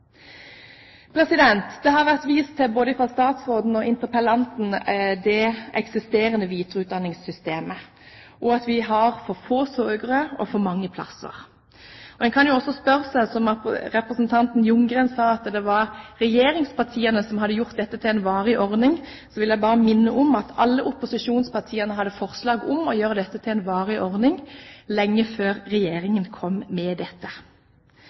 Det har vært vist til det eksisterende videreutdanningssystemet både fra statsråden og interpellanten, og at vi har for få søkere og for mange plasser. Når representanten Ljunggren sier at det var regjeringspartiene som gjorde dette til en varig ordning, vil jeg bare minne om at alle opposisjonspartiene hadde forslag om å gjøre dette til en varig ordning lenge før Regjeringen kom med dette.